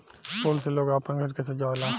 फूल से लोग आपन घर के सजावे ला